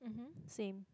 mmhmm same